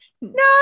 no